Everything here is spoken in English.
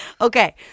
Okay